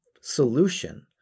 solution